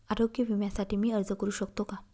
आरोग्य विम्यासाठी मी अर्ज करु शकतो का?